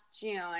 June